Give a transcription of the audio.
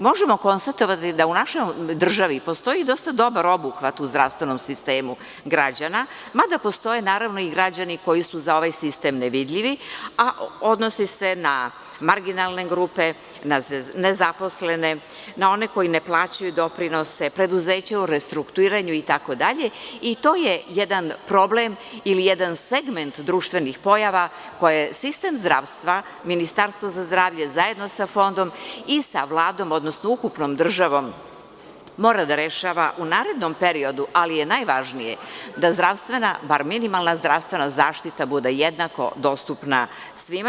Možemo konstatovati da u našoj državi postoji dosta dobar obuhvat u zdravstvenom sistemu građana, mada postoje naravno i građani koji su za ovaj sistem nevidljivi, a odnose se na marginalne grupe, na nezaposlene, na one koji ne plaćaju doprinose, preduzeća u restrukturiranju itd, i to je jedan problem ili jedan segment društvenih pojava koje sistem zdravstva, Ministarstvo za zdravlje zajedno sa Fondom i sa Vladom, odnosno ukupnom državom mora da rešava u narednom periodu, ali je najvažnije da zdravstvena, bar minimalna zdravstvena zaštita bude jednako dostupna svima.